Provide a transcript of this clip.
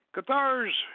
Cathars